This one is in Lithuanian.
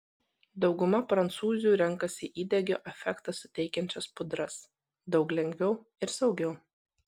dauguma prancūzių renkasi įdegio efektą suteikiančias pudras daug lengviau ir saugiau